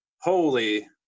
holy